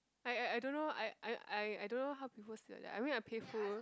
I I don't know I I I I don't know how people sleep like that I mean I pay full